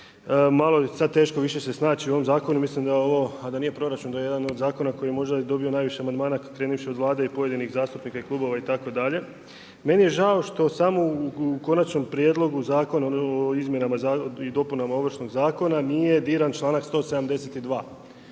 malo je sad teško više se snaći u ovom zakonu, mislim da je ovo, a da nije proračun, da je jedan od zakona koji možda je dobio najviše amandmana krenuvši od Vlade i pojedinih zastupnika i klubova itd. Meni je žao što samo u Konačnom prijedlogu Zakona o izmjenama i dopunama Ovršnog zakona nije diran članaka 172.